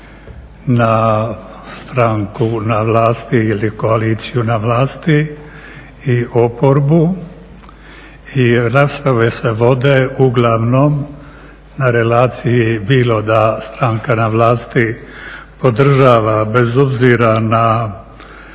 na stranku na vlasti ili koaliciju na vlasti i oporbu i rasprave se vode uglavnom na relaciji bilo da stranka na vlasti podržava bez obzira na